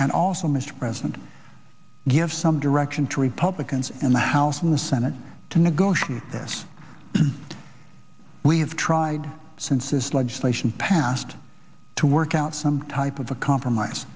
and also mr president give some direction to republicans in the house and the senate to negotiate this and we have tried since this legislation passed to work out some type of a compromise